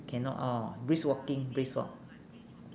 cannot orh brisk walking brisk walk